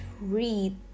read